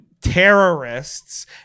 terrorists